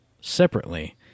separately